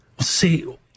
See